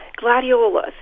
gladiolas